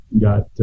got